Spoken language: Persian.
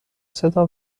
صدا